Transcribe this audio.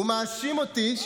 הוא מאשים אותי,